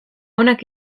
onak